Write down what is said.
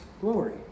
glory